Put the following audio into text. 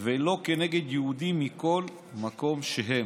ולא כנגד יהודים מכל מקום שהוא.